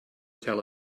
tell